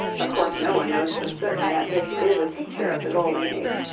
of course no one knows for certain that this is a picture of the golden age,